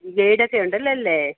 ഗൈഡൊക്കെ ഉണ്ടല്ലോ അല്ലേ